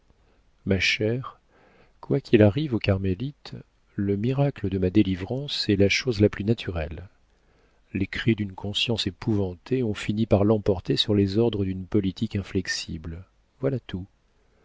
ma chère quoi qu'il arrive aux carmélites le miracle de ma délivrance est la chose la plus naturelle les cris d'une conscience épouvantée ont fini par l'emporter sur les ordres d'une politique inflexible voilà tout